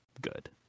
good